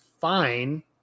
fine